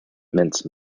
mince